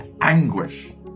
anguish